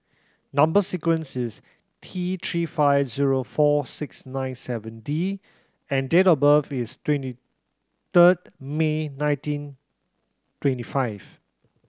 number sequence is T Three five zero four six nine seven D and date of birth is twenty third May nineteen twenty five